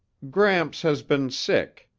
gramps has been sick.